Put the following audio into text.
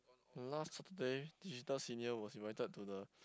the last Saturday digital senior was invited to the